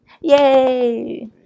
Yay